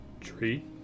Tree